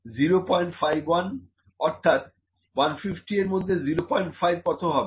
অর্থাৎ 150 এর মধ্যে 05 কত হবে